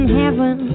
heaven